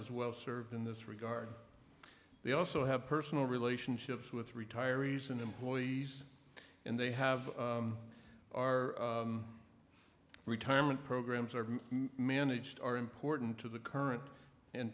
is well served in this regard they also have personal relationships with retirees and employees and they have our retirement programs are managed are important to the current